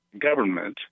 government